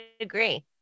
agree